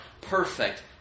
perfect